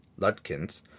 Ludkins